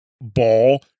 ball